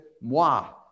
moi